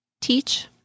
teach